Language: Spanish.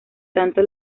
tanto